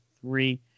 three